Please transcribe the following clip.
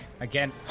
Again